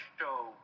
show